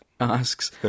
Asks